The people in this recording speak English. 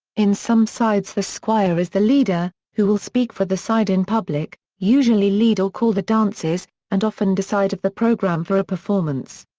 in some sides the squire is the leader, who will speak for the side in public, usually lead or call the dances, and often decide the programme for a performance.